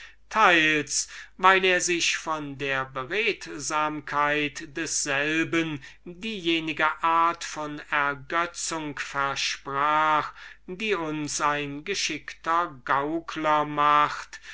teils weil er sich von der beredsamkeit desselben diejenige art von ergötzung versprach die uns ein geschickter gaukler macht